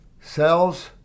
Cells